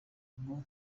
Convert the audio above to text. ngo